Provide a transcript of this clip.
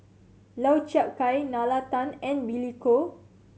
Lau Chiap Khai Nalla Tan and Billy Koh